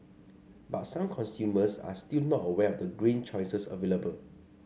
but some consumers are still not aware of the green choices available